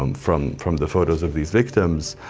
um from from the photos of these victims,